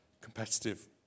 competitive